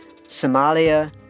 Somalia